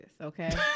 okay